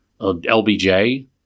LBJ